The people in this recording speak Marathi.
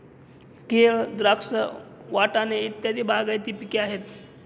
केळ, द्राक्ष, वाटाणे इत्यादी बागायती पिके आहेत